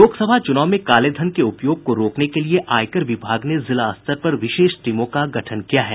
लोकसभा चुनाव में काले धन के उपयोग को रोकने के लिए आयकर विभाग ने जिला स्तर पर विशेष टीमों का गठन किया है